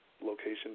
location